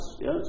yes